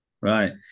Right